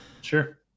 sure